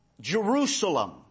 Jerusalem